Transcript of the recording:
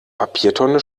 papiertonne